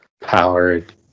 powered